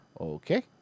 Okay